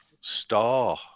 Star